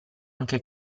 anche